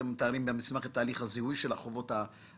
אתם מתארים במסמך את תהליך הזיהוי של החובות הבעייתיים.